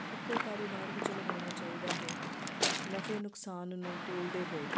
ਇੱਕੋ ਕਾਰੋਬਾਰ ਵਿੱਚ ਲਗਾਉਣਾ ਚਾਹੀਦਾ ਹੈ ਨਫੇ ਨੁਕਸਾਨ ਨੂੰ ਤੋਲਦੇ ਹੋਏ